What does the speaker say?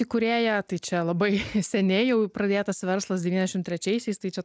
įkūrėja tai čia labai seniai jau pradėtas verslas devyniasdešim trečiaisiais tai čia